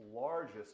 largest